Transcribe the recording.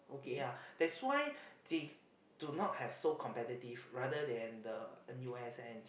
ya that's why they do not have so competitive rather than the N_U_S and N_T_U